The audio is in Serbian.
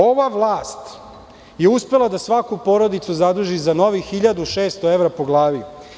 Ova vlast je uspela da svaku porodicu zaduži za novih 1.600 evra po glavi.